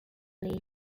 league